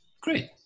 great